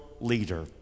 leader